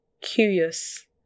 curious